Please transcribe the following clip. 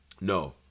No